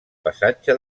passatge